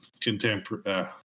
contemporary